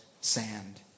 sand